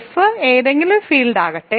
F ഏതെങ്കിലും field ആകട്ടെ